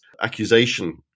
accusation